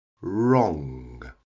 Wrong